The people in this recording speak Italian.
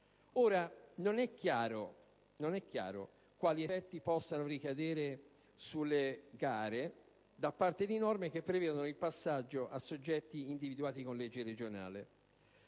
Non è chiaro quali effetti possano esservi sulle gare da parte di norme che prevedono il passaggio a soggetti individuati con legge regionale: